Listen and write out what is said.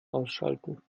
ausschalten